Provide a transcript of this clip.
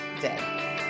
day